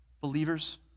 Believers